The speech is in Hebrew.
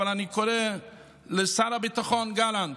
אבל אני קורא לשר הביטחון גלנט,